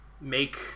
make